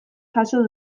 jaso